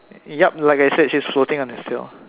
yup like I said she's floating on its tail